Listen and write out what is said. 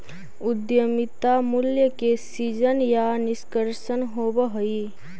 उद्यमिता मूल्य के सीजन या निष्कर्षण होवऽ हई